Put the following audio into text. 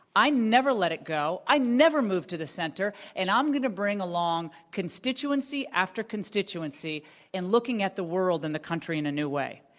i never let it go. i never moved to the center, and i'm going to bring along constituency after constituency in looking at the world and the country in a new way.